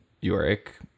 Yorick